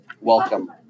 welcome